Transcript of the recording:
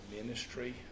ministry